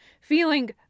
feeling